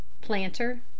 planter